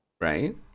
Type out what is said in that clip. right